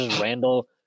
randall